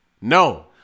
No